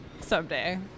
someday